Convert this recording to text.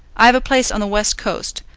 i have a place on the west coast,